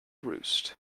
roost